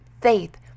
faith